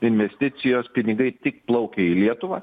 investicijos pinigai tik plaukia į lietuvą